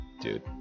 Dude